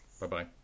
bye-bye